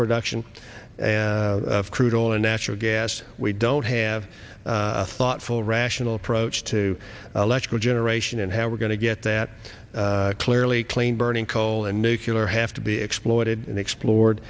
production of crude oil and natural gas we don't have a thoughtful rational approach to electrical generation and how we're going to get that clearly clean burning coal and nuclear have to be exploited and explored